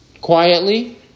Quietly